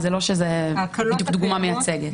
ולא שזה דוגמה מייצגת.